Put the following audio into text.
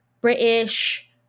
British